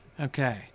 Okay